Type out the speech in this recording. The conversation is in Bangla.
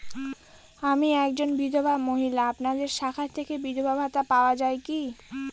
আমি একজন বিধবা মহিলা আপনাদের শাখা থেকে বিধবা ভাতা পাওয়া যায় কি?